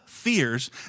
fears